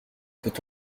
peut